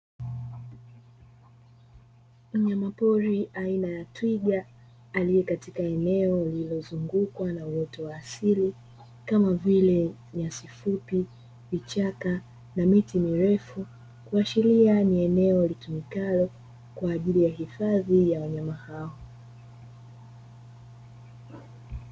Mnyamapori aina ya twiga aliye katika eneo lililozungukwa na uoto wa asili kama vile: nyasi fupi, vichaka na miti mirefu kuashiria ni eneo litumikalo kwa ajili ya uhifadhi ya wanyama hao.